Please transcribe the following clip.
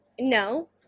no